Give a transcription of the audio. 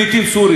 מה אתה אומר?